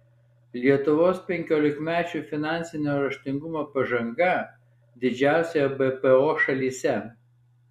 lietuvos penkiolikmečių finansinio raštingumo pažanga didžiausia ebpo šalyse